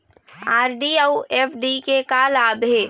RD अऊ FD के का लाभ हे?